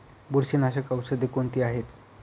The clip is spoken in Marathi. बुरशीनाशक औषधे कोणती आहेत?